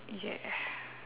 yeah